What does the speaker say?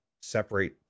separate